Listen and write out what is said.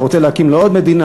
אתה רוצה להקים לו עוד מדינה?